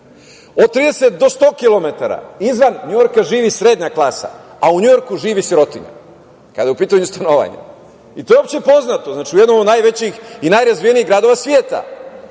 Od 30 do 100 kilometara izvan Njujorka živi srednja klasa, a u Njujorku živi sirotinja, kada je u pitanju stanovanje. To je opšte poznato. Znači, u jednom od najrazvijenijih i najvećih gradova sveta.